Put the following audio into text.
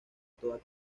toda